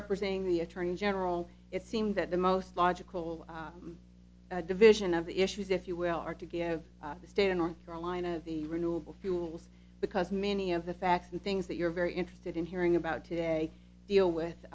representing the attorney general it seemed that the most logical division of the issues if you will are to give the state of north carolina the renewable fuels because many of the facts and things that you're very interested in hearing about today deal with